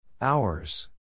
Hours